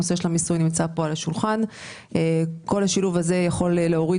הנושא של המיסוי נמצא כאן על השולחן וכל השילוב הזה יכול להוריד